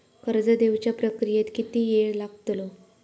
कर्ज देवच्या प्रक्रियेत किती येळ लागतलो?